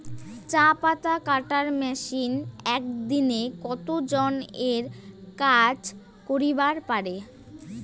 চা পাতা কাটার মেশিন এক দিনে কতজন এর কাজ করিবার পারে?